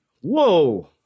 Whoa